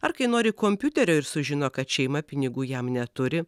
ar kai nori kompiuterio ir sužino kad šeima pinigų jam neturi